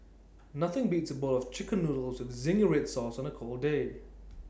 nothing beats A bowl of Chicken Noodles with Zingy Red Sauce on A cold day